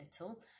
little